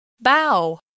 bow